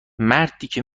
مرتیکه